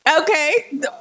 Okay